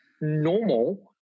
normal